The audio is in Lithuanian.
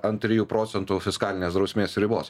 ant trijų procentų fiskalinės drausmės ribos